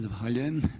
Zahvaljujem.